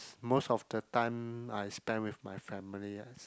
most of the time I spend with my family I